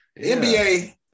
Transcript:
NBA